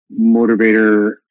motivator